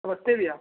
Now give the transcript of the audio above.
नमस्ते भैया